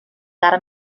cara